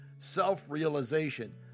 Self-realization